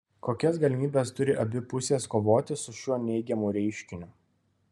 kokias galimybes turi abi pusės kovoti su šiuo neigiamu reiškiniu